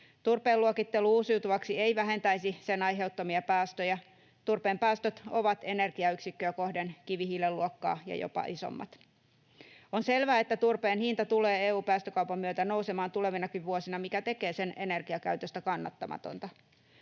Turpeen luokittelu uusiutuvaksi ei vähentäisi sen aiheuttamia päästöjä. Turpeen päästöt ovat energiayksikköä kohden kivihiilen luokkaa ja jopa isommat. On selvää, että turpeen hinta tulee EU-päästökaupan myötä nousemaan tulevinakin vuosina, mikä tekee sen energiakäytöstä kannattamatonta.